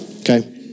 Okay